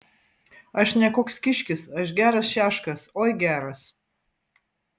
aš ne koks kiškis aš geras šeškas oi geras